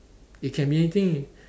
it can be anything